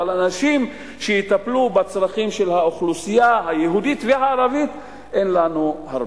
אבל אנשים שיטפלו בצרכים של האוכלוסייה היהודית והערבית אין לנו הרבה.